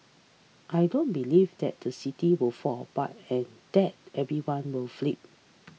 I don't believe that the city will fall apart and that everyone will flee